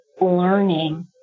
learning